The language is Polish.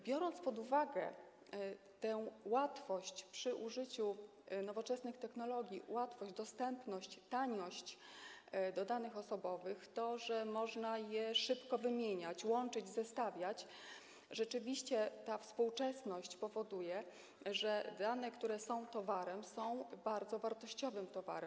Biorąc pod uwagę łatwość przy użyciu nowoczesnych technologii, łatwość, dostępność, taniość, jeśli chodzi o dane osobowe, to, że można je szybko wymieniać, łączyć, zestawiać - rzeczywiście ta współczesność powoduje, że dane, które są towarem, są bardzo wartościowym towarem.